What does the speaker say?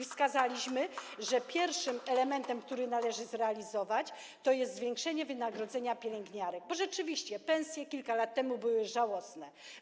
Wskazaliśmy, że pierwszym elementem, który należy zrealizować, jest zwiększenie wynagrodzenia pielęgniarek, bo rzeczywiście kilka lat temu pensje były żałosne.